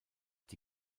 die